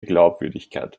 glaubwürdigkeit